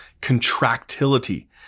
Contractility